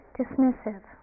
dismissive